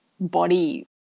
body